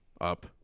up